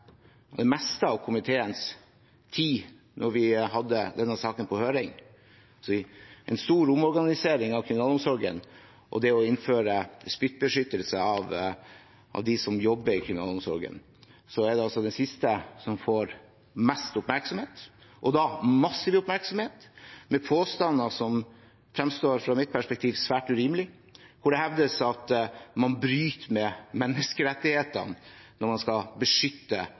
det meste av komiteens tid da vi hadde denne saken på høring – en stor omorganisering av kriminalomsorgen og det å innføre spyttbeskyttelse av dem som jobber i kriminalomsorgen – på det siste. Det var det som fikk mest oppmerksomhet, og da massiv oppmerksomhet, med påstander som fra mitt perspektiv fremstår svært urimelige, der det hevdes at man bryter med menneskerettighetene når man vil beskytte